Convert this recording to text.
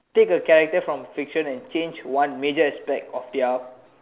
take a character from fiction and change one major aspect of their